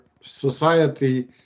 society